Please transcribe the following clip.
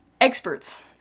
experts